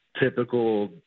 typical